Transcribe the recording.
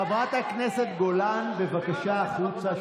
חברת הכנסת גולן, בבקשה החוצה.